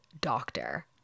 doctor